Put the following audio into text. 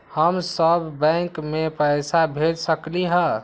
हम सब बैंक में पैसा भेज सकली ह?